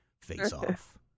face-off